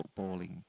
footballing